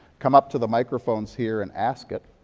come up to the microphones here and ask it.